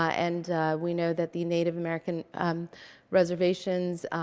and we know that the native american reservations,